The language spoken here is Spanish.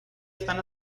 están